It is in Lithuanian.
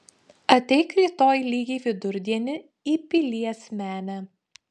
ateik rytoj lygiai vidurdienį į pilies menę